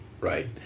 Right